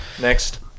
next